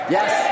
Yes